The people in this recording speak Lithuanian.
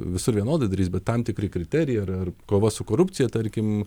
visur vienodai darys bet tam tikri kriterijai ar ar kova su korupcija tarkim